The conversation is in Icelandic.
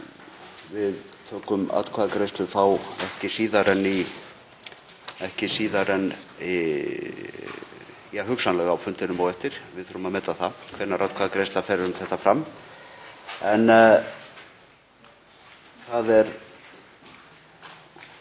Við tökum atkvæðagreiðslu þá ekki síðar en — ja, hugsanlega á fundinum á eftir. Við þurfum að meta það hvenær atkvæðagreiðsla um þetta fer fram.